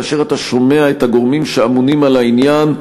כאשר אתה שומע את הגורמים שאמונים על העניין,